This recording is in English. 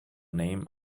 name